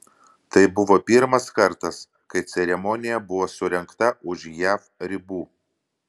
tai buvo pirmas kartas kai ceremonija buvo surengta už jav ribų